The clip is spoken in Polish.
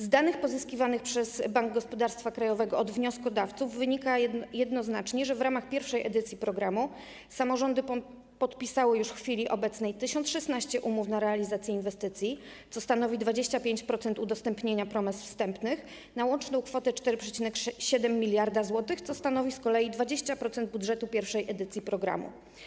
Z danych pozyskiwanych przez Bank Gospodarstwa Krajowego od wnioskodawców wynika jednoznacznie, że w ramach pierwszej edycji programu samorządy już w chwili obecnej podpisały 1016 umów na realizację inwestycji, co stanowi 25% udostępnienia promes wstępnych, na łączną kwotę 4,7 mld zł, co stanowi z kolei 20% budżetu pierwszej edycji programu.